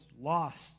lost